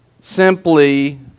simply